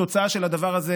התוצאה של הדבר הזה: